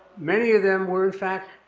many of them were, in fact,